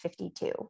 52